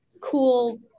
cool